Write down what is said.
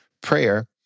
prayer